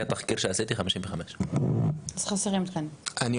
התחקיר שעשיתי זה 55. אני שואל שוב.